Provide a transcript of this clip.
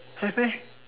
have meh